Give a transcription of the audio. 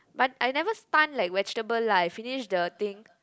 but I never stunned like vegetable lah I finish the thing